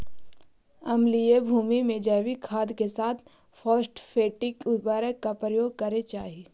अम्लीय भूमि में जैविक खाद के साथ फॉस्फेटिक उर्वरक का प्रयोग करे चाही